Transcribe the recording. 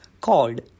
called